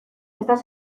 estás